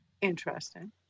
interesting